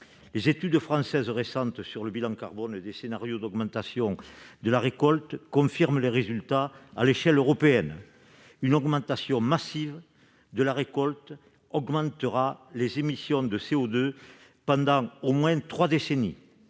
Les études françaises récentes sur le bilan carbone des scénarios d'augmentation de la récolte confirment les résultats à l'échelle européenne : une augmentation massive de la récolte augmentera les émissions de CO2 pendant au moins trois décennies.